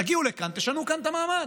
תגיעו לכאן, תשנו כאן את המעמד.